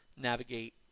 navigate